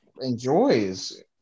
enjoys